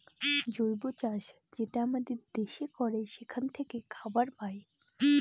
জৈব চাষ যেটা আমাদের দেশে করে সেখান থাকে খাবার পায়